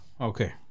Okay